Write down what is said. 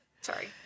Sorry